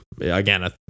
again